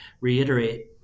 reiterate